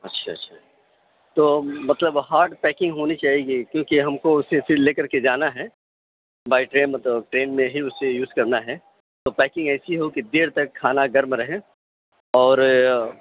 اچھا اچھا تو مطلب ہارڈ پیکنگ ہونی چاہیے كیونكہ ہم كو اُسے پھر لے كر كے جانا ہے بائی ٹرین مطلب ٹرین میں ہی اُسے یوز كرنا ہے تو پیكنگ ایسی ہو کہ دیر تک کھانا گرم رہے اور